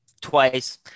twice